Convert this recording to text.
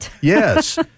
Yes